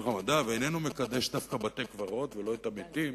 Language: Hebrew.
המדע ואיננו מקדש דווקא בתי-קברות ולא את המתים,